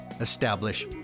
establish